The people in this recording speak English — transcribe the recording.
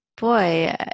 Boy